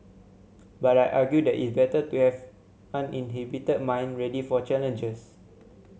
but I argue that it better to have uninhibited mind ready for challenges